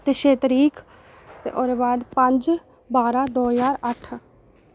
ते छे तरीक ओह्दे बाद पंज बारां दो ज्हार अट्ठ